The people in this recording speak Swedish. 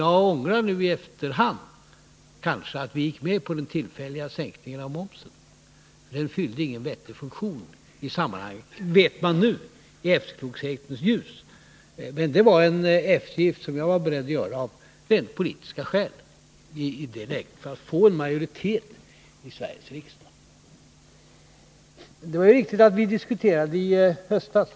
Jag ångrar kanske nu i efterhand att vi gick med på den tillfälliga sänkningen av momsen. Den fyllde ingen vettig funktion i sammanhanget — vet vi nu i efterklokhetens ljus. Men detta var en eftergift som jag var beredd att göra av rent politiska skäl för att få en majoritet i Sveriges riksdag. Det är också riktigt att vi diskuterade i höstas.